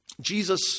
Jesus